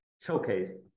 showcase